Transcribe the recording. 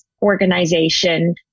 organization